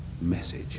message